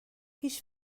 هیچ